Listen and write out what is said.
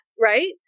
Right